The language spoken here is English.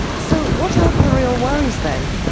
so what are the real worries then?